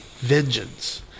vengeance